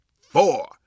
four